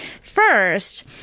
first